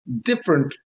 different